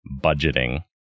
Budgeting